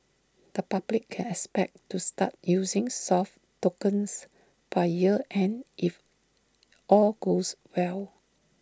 the public can expect to start using soft tokens by year end if all goes well